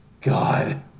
God